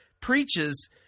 preaches